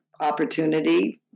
opportunity